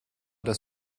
das